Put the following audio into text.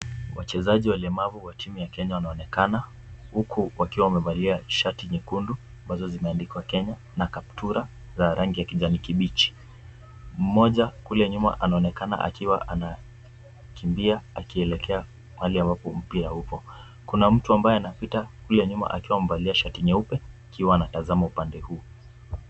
Wachezaji walemavu wa timu ya Kenya wanaonekana huku wakiwa wamevalia shati nyekundu ambazo zimeandikwa Kenya na kaptula za rangi ya kijani kibichi. Mmoja kule nyuma anaonekana akiwa anakimbia akielekea mahali ambapo mpira upo. Kuna mtu ambaye anapita kule nyuma akiwa amevalia shati nyeupe ikiwa anatazama upande huu.